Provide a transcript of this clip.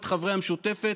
את חברי המשותפת,